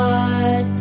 God